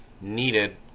needed